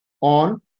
on